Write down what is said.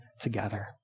together